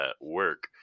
work